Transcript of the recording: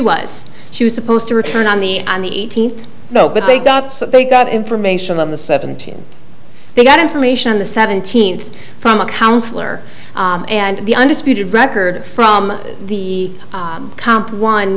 was she was supposed to return on the on the eighteenth but they got they got information on the seventeen they got information on the seventeenth from a counselor and the undisputed records from the comp one